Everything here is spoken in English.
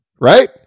right